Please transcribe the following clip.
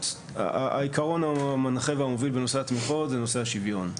העיקרון המנחה והמוביל בנושא התמיכות זה נושא השוויון.